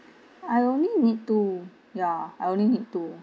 I only need two ya I only need two